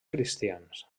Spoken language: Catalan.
cristians